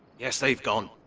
yes, they've gone.